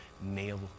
nail